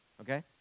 okay